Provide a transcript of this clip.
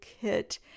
kit